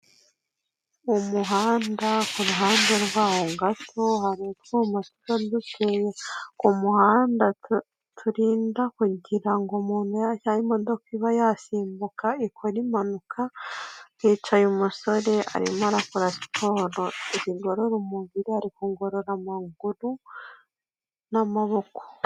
Umuhanda ku ruhande rwawo gato hari utwuma tuka duteye ku muhanda turinda kugira ngo umuntu yajya imodoka iba yasimbuka ikore impanuka, hicaye umusore arimo arakora siporo zigorora umubiri ari kugorora amaguru n'amaboko.